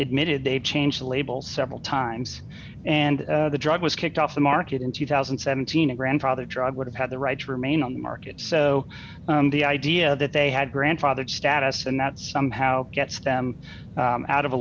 needed they've changed the labels several times and the drug was kicked off the market in two thousand and seventeen a grandfather drug would have had the right to remain on the market so the idea that they had grandfathered status and that somehow gets them out of